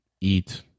eat